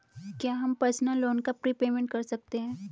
क्या हम personal loan का प्रीपेमेंट कर सकते हैं?